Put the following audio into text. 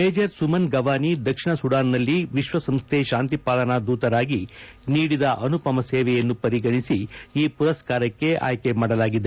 major Suman Gawani ದಕ್ಷಿಣ ಸುಡಾನ್ನಲ್ಲಿ ವಿಕ್ಷಸಂಸ್ಥೆ ಶಾಂತಿ ಪಾಲನಾ ದೂತರಾಗಿ ನೀಡಿದ ಅನುಪಮ ಸೇವೆಯನ್ನು ಪರಿಗಣಿಸಿ ಈ ಮರಸ್ತಾರಕ್ಕೆ ಆಯ್ಲೆ ಮಾಡಲಾಗಿದೆ